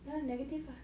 ya negative ah